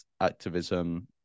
activism